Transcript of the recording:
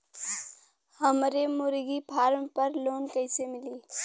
हमरे मुर्गी फार्म पर लोन कइसे मिली?